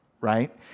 right